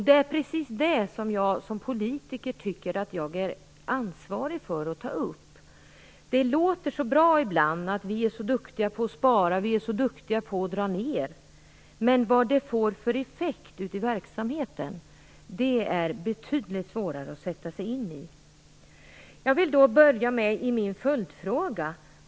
Det är det som jag som politiker är ansvarig för att ta upp. Det låter så bra när man säger att vi är så duktiga på att spara och dra ner, men vad detta sedan får för effekt ute i verksamheten är det betydligt svårare att sätta sig in i.